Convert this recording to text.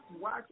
watch